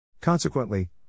consequently